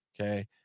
Okay